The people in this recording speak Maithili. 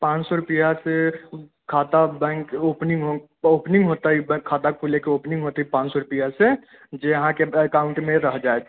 पाॅंच सए रुपैआ फेर खाता बैंक ओपनिंग होतै खाता खुलय के ओपनिंग होतै पाॅंच सए रुपैआ से जे अहाँके एकाउंट मे रह जायत